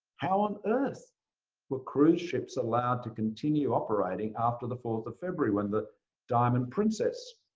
how on earth were cruise ships allowed to continue operating after the fourth of february, when the diamond princess